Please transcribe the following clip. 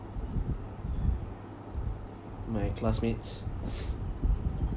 my classmates